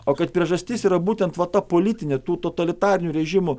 o kad priežastis yra būtent va ta politinė totalitarinių režimų